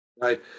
Right